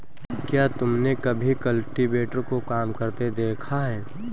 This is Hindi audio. क्या तुमने कभी कल्टीवेटर को काम करते देखा है?